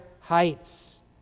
heights